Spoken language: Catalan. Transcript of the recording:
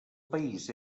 país